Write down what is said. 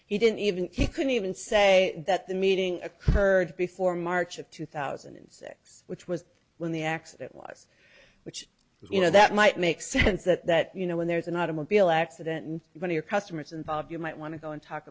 he didn't even he couldn't even say that the meeting occurred before march of two thousand and six which was when the accident was which you know that might make sense that you know when there's an automobile accident and when your customers involved you might want to go and talk